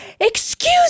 excuse